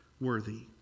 worthy